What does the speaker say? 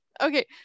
okay